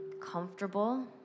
comfortable